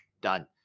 done